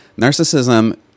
narcissism